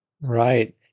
Right